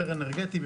יותר אנרגטיים,